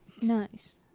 Nice